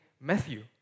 Matthew